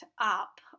up